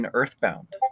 earthbound